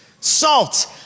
Salt